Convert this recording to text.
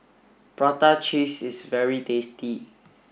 prata cheese is very tasty